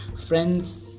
Friends